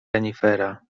renifera